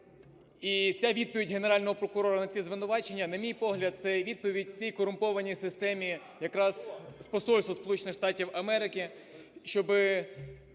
і ця відповідь Генерального прокурора на ці звинувачення, на мій погляд, це відповідь цій корумпованій системі якраз з посольства Сполучених